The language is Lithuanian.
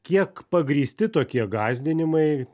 kiek pagrįsti tokie gąsdinimai